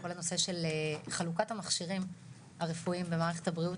כל הנושא של חלוקת המכשירים הרפואיים במערכת הבריאות,